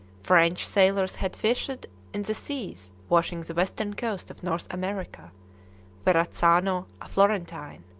french sailors had fished in the seas washing the western coast of north america verazzano, a florentine,